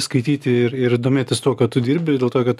skaityti ir ir domėtis tuo ką tu dirbi dėl to kad